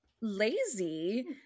lazy